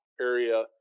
area